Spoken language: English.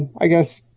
i guess,